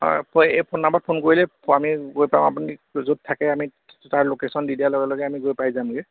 হয় এই ফোন নাম্বাৰত ফোন কৰিলেই আমি গৈ পাম আপুনি য'ত থাকে আমি তাৰ লোকেশ্যন দি দিয়াৰ লগে লগে আমি গৈ পাই যামগৈ